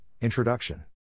Introduction